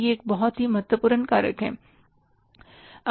तो यह एक बहुत ही महत्वपूर्ण कारक है